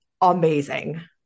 amazing